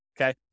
okay